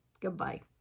Goodbye